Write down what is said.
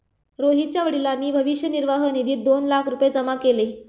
रोहितच्या वडिलांनी भविष्य निर्वाह निधीत दोन लाख रुपये जमा केले